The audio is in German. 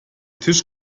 tisch